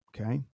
okay